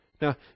Now